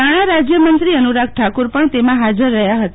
નાણાં રાજ્યમંત્રી અનુરાગ ઠાકુર પણ તેમાં હાજર રહ્યા હતા